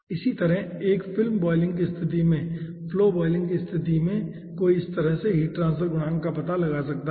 इसी तरह एक फिल्म बॉयलिंग की स्तिथि में फ्लो बॉयलिंग की स्थिति में कोई इस तरह से हीट ट्रांसफर गुणांक का पता लगा सकता है